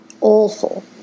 awful